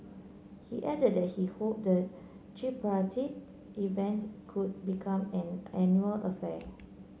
he added that he hoped the tripartite event could become an annual affair